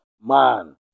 Man